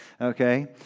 Okay